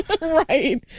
Right